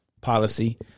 policy